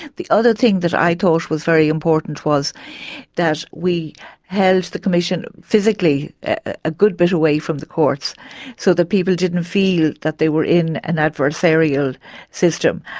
the other thing that i thought was very important was that we held the commission physically a good bit away from the courts so that people didn't feel that they were in an adversarial system,